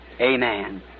Amen